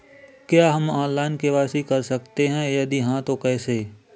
क्या हम online KYC कर सकते हैं यदि हाँ तो कैसे?